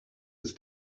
was